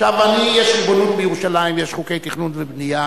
יש ריבונות בירושלים, יש חוקי תכנון ובנייה.